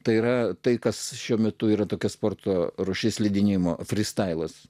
tai yra tai kas šiuo metu yra tokia sporto rūšis slidinėjimo frystailas